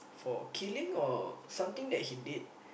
for killing or something that he did